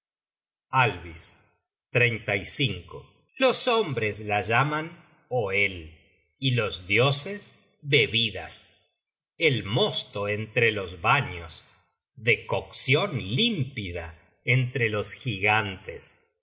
los hombres alvis los hombres la llaman oel y los dioses bebidas el mosto entre los vanios decoccion límpida entre los gigantes